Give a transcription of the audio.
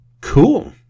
cool